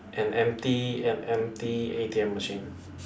an empty an empty A_T_M machine